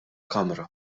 kamra